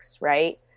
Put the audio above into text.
right